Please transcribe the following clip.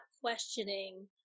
questioning